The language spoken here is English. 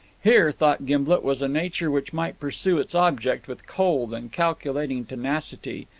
here, thought gimblet, was a nature which might pursue its object with cold and calculating tenacity,